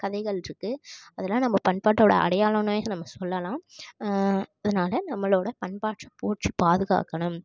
கதைகளிருக்கு அதலாம் நம்ப பண்பாட்டோடய அடையாளன்னே நம்ப சொல்லலாம் அதனால் நம்மளோடய பண்பாட்டை போற்றி பாதுகாக்கணும்